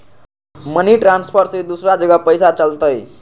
Money transfer से दूसरा जगह पईसा चलतई?